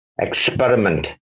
experiment